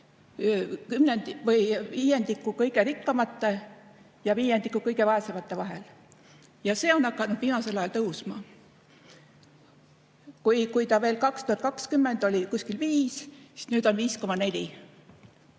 viiendiku kõige rikkamate ja viiendiku kõige vaesemate vahel. Ja see on hakanud viimasel ajal tõusma. Kui ta veel 2020 oli kuskil 5, siis nüüd on 5,4.